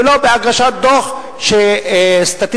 ולא בהגשת דוח סטטיסטי,